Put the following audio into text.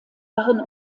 waren